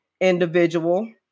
individual